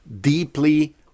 deeply